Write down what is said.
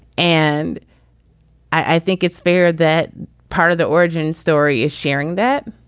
and i think it's fair that part of the origin story is sharing that,